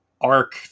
arc